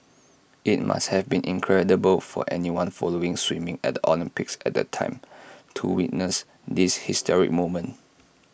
IT must have been incredible for anyone following swimming at the Olympics at the time to witness this historic moment